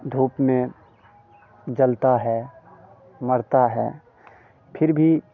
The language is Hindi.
धूप में जलता है मरता है फ़िर भी